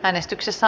äänestyksessä